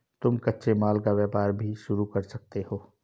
तुम कच्चे माल का व्यापार भी शुरू कर सकते हो